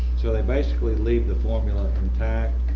so they basically leave the formula intact